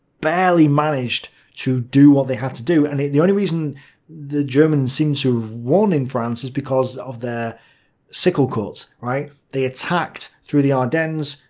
barely managed to do what they had to do. and the only reason the germans seem to have won in france is because of their sickle cuts, right? they attacked through the ardennes,